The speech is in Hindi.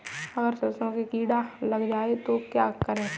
अगर सरसों में कीड़ा लग जाए तो क्या करें?